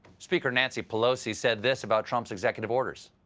speaker nancy pelosi said this about trump's executive order.